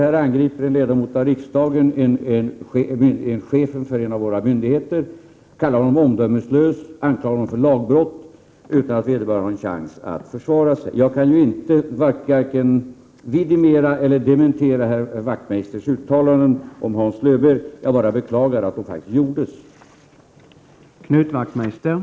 Här angriper en ledamot av riksdagen chefen för en av våra myndigheter, kallar honom omdömeslös och anklagar honom för lagbrott, utan att vederbörande har en chans att försvara sig. Jag kan ju varken vidimera eller dementera herr Wachtmeisters uttalanden om Hans Löwbeer. Jag bara beklagar att dessa uttalanden faktiskt gjordes.